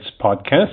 podcast